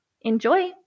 Enjoy